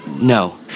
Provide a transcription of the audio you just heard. No